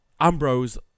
ambrose